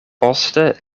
poste